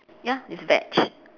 ya it's veg